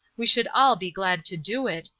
we should all be glad to do it,